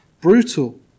brutal